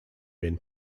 been